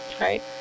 right